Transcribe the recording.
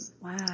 Wow